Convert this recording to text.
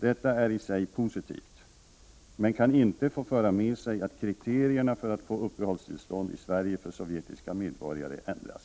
Detta är i sig positivt men kan inte få föra med sig att kriterierna för att få uppehållstillstånd i Sverige för sovjetiska medborgare ändras.